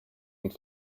und